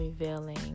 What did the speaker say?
revealing